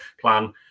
plan